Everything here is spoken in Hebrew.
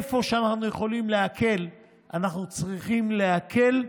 איפה שאנחנו יכולים להקל אנחנו צריכים להקל,